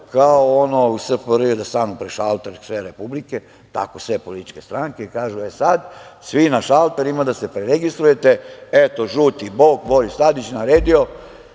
kao ono u SFRJ, da samo prešaltaš u sve republike, tako sve političke stranke kažu – e, sad, svi na šalter, ima da se preregistrujete, eto, žuti bog, Boris Tadić naredio